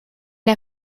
der